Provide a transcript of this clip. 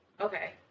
Okay